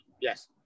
Yes